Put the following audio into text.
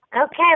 Okay